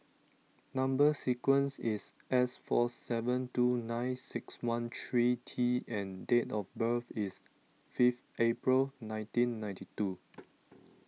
Number Sequence is S four seven two nine six one three T and date of birth is fifth April nineteen ninety two